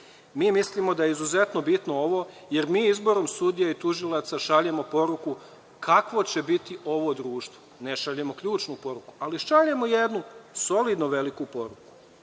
Mislimo da je izuzetno bitno ovo, jer mi izborom sudija i tužilaca šaljemo poruku kakvo će biti ovo društvo. Ne šaljemo ključnu poruku, ali šaljemo jednu solidno veliku poruku